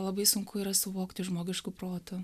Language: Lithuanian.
labai sunku yra suvokti žmogišku protu